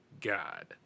god